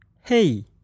hey